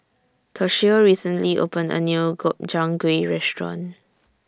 Toshio recently opened A New Gobchang Gui Restaurant